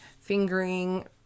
fingering